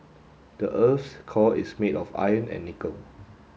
the earth's core is made of iron and nickel